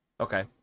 Okay